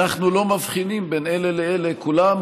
אנחנו לא מבחינים בין אלה לאלה: כולם